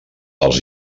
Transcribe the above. els